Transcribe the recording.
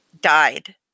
died